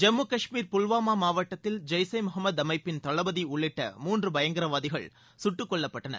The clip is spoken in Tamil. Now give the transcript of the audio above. ஜம்மு காஷ்மீர் புல்வாமா மாவட்டத்தில் ஜெய்ஸ் எ முகமது அமைப்பின் தளபதி உள்ளிட்ட மூன்று பயங்கரவாதிகள் சுட்டுக்கொல்லப்பட்டனர்